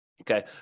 Okay